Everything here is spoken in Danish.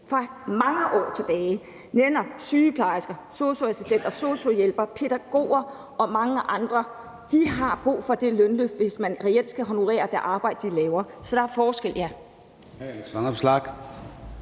fra mange år tilbage, som sygeplejersker, sosu-assistenter, sosu-hjælpere, pædagoger, og mange andre, har brug for det lønløft, hvis man reelt skal honorere det arbejde, de laver. Så ja, der er en forskel. Kl.